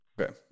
Okay